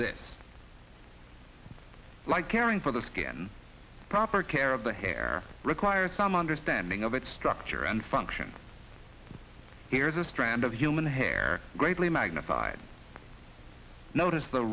this like caring for the skin proper care of the hair requires some understanding of its structure and function here's a strand of human hair greatly magnified notice the